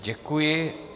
Děkuji.